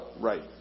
right